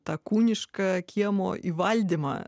tą kūnišką kiemo įvaldymą